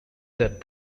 that